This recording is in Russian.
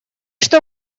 что